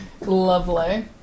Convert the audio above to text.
Lovely